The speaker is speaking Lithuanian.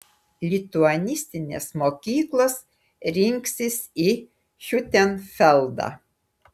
lituanistinės mokyklos rinksis į hiutenfeldą